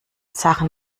sachen